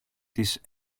της